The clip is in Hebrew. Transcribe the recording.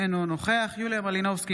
אינו נוכח יוליה מלינובסקי,